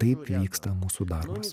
taip vyksta mūsų darbas